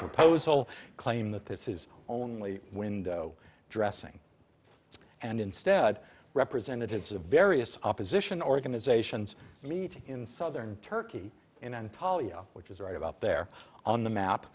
proposal claim that this is only window dressing and instead representatives of various opposition organizations are meeting in southern turkey in an pollio which is right up there on the map